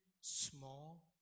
small